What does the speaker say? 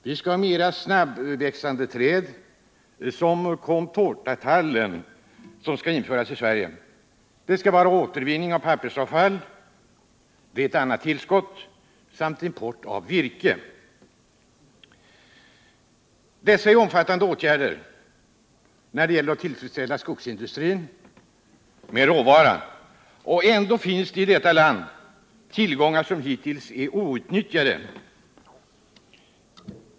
Vi skall ha mer snabbväxande träd, som Contortatallen, vilken skall införas i Sverige. Återvinning av pappersavfall är ett annat tillskott liksom import av virke. Det är fråga om omfattande åtgärder när det gäller att tillfredsställa skogsindustrins råvarubehov. Ändå finns det i detta land tillgångar som hittills varit outnyttjade.